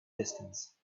distance